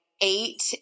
eight